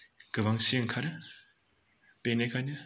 गोबां सि ओंखारो बेनिखायनो